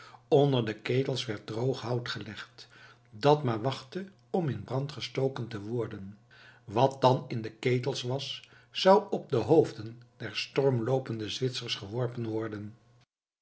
onder de ketels werd droog hout gelegd dat maar wachtte om in brand gestoken te worden wat dan in de ketels was zou op de hoofden der stormloopende zwitsers geworpen worden